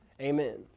amen